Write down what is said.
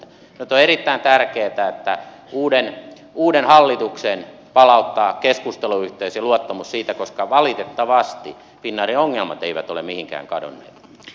nyt on erittäin tärkeää että uusi hallitus palauttaa keskusteluyhteyden ja luottamuksen koska valitettavasti finnairin ongelmat eivät ole mihinkään kadonneet